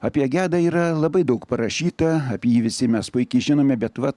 apie gedą yra labai daug parašyta apie jį visi mes puikiai žinome bet va